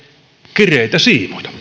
kireitä siimoja